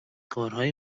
کارهای